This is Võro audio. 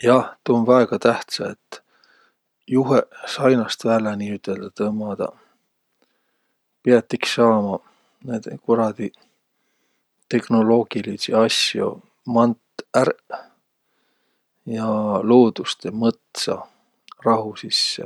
Jah, tuu um väega tähtsä, et juheq sainast vällä tõmmadaq niiüteldäq. Piät iks saama naidõ kuradi teknoloogiliidsi asjo mant ärq ja luudustõ, mõtsa rahu sisse.